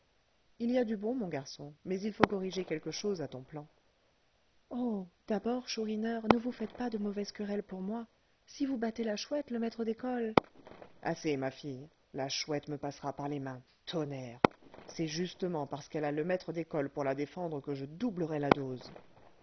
il y a du bon mon garçon mais il faut corriger quelque chose à ton plan oh d'abord chourineur ne vous faites pas de mauvaise querelle pour moi si vous battez la chouette le maître d'école assez ma fille la chouette me passera par les mains tonnerre c'est justement parce qu'elle a le maître d'école pour la défendre que je doublerai la dose